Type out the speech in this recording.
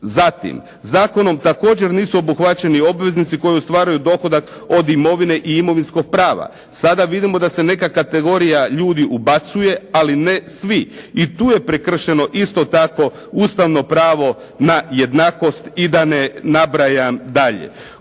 Zatim, zakonom također nisu obuhvaćeni poreznici koji ostvaruju dohodak od imovine i imovinskog prava, sada vidimo da se neka kategorija ljudi ubacuje ali ne svi i tu je prekršeno isto tako ustavno pravo na jednakost i da ne nabrajam dalje.